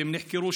ואם נחקרו,